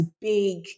big